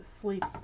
sleep